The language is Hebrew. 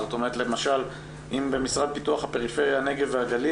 למשל אם במשרד פיתוח הפריפריה נגב והגליל